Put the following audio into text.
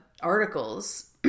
articles